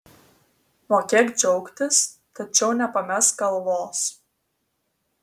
mokėk džiaugtis tačiau nepamesk galvos